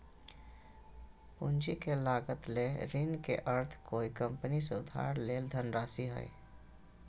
पूंजी के लागत ले ऋण के अर्थ कोय कंपनी से उधार लेल धनराशि हइ